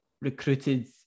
recruited